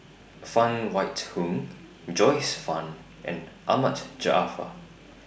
Phan Wait Hong Joyce fan and Ahmad Jaafar